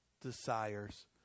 desires